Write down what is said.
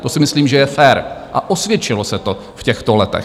To si myslím, že je fér, a osvědčilo se to v těchto letech.